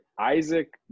Isaac